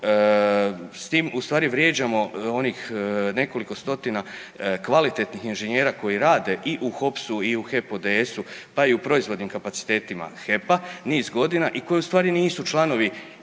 s tim u stvari vrijeđamo onih nekoliko stotina kvalitetnih inženjera koji rade i u HOPS-u i u HEP ODS-u, pa i u proizvodnim kapacitetima HEP-a niz godina i koji u stvari nisu članovi